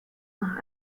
nach